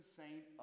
saint